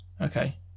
okay